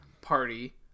party